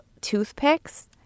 toothpicks